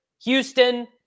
Houston